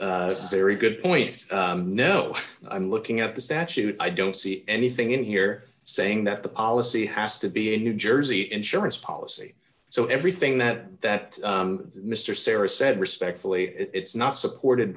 jersey very good point no i'm looking at the statute i don't see anything in here saying that the policy has to be a new jersey insurance policy so everything that that mr serry said respectfully it's not supported